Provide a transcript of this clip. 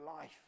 life